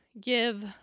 Give